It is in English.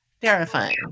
terrifying